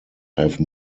have